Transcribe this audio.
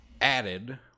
added